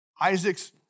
Isaac's